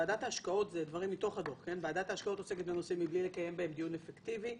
ועדת ההשקעות עוסקת בנושאים מבלי לקיים בהם דיון אפקטיבי,